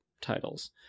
titles